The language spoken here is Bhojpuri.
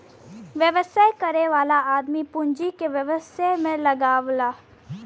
व्यवसाय करे वाला आदमी पूँजी के व्यवसाय में लगावला